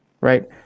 right